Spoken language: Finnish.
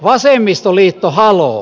vasemmistoliitto haloo